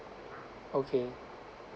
okay